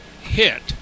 hit